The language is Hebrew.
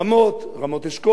גבעת-המבתר,